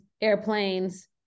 airplanes